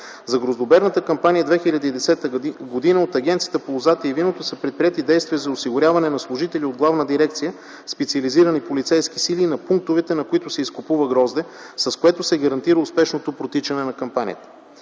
За гроздоберната кампания през 2010 г. от Агенцията по лозата и виното са предприети действия за осигуряване на служители от Главна дирекция „Специализирани полицейски сили” на пунктовете, на които се изкупува грозде, с което се гарантира успешното протичане на кампанията.